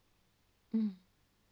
mm